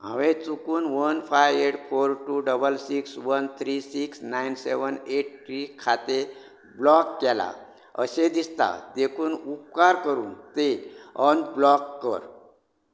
हांवें चुकून one five eight four two double six one three six nine seven eight three खातें block केलां अशें दिसता देखून उपकार करून तें अनब्लॉक कर